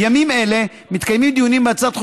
בימים אלה מתקיימים דיונים בהצעת חוק